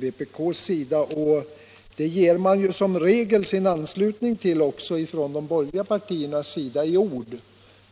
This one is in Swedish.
vpk:s sida, och det gör som regel också de borgerliga partierna — i ord.